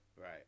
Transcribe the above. Right